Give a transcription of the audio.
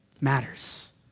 matters